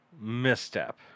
misstep